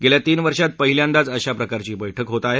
गेल्या तीन वर्षात पहिल्यांदाच अशाप्रकारची बैठक होत आहे